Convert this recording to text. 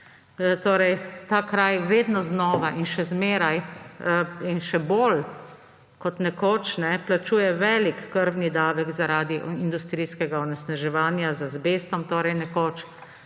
ta kraj vedno znova in še zmeraj in še bolj kot nekoč plačuje velik krvni davek zaradi industrijskega onesnaževanja z azbestom –